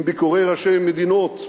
עם ביקורי ראשי מדינות,